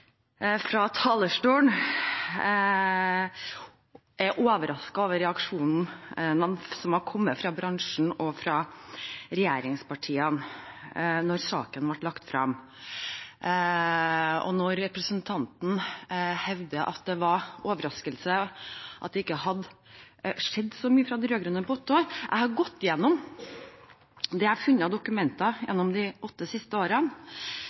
fra talerstolen er overrasket over reaksjonen som kom fra bransjen og fra regjeringspartiene da saken ble lagt frem. Representanten hevder at det var overraskende at det ikke hadde skjedd så mye fra de rød-grønne på åtte år. Jeg har gått gjennom det jeg har funnet av dokumenter fra de åtte siste årene.